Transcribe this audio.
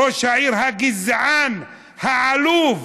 ראש העיר הגזען, העלוב.